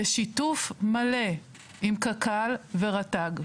בשיתוף מלא עם קק"ל ורט"ג.